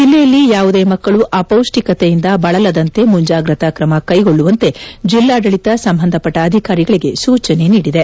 ಜಿಲ್ಲೆಯಲ್ಲಿ ಯಾವುದೇ ಮಕ್ಕಳು ಅಪೌಷ್ತಿಕತೆಯಿಂದ ಬಳಲದಂತೆ ಮುಂಜಾಗ್ರತಾ ಕ್ರಮ ಕೈಗೊಳ್ಳುವಂತೆ ಜಿಲ್ಲಾಡಳಿತ ಸಂಬಂಧಪಟ್ಟ ಅಧಿಕಾರಿಗಳಿಗೆ ಸೂಚನೆ ನೀಡಿದೆ